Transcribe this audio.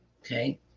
Okay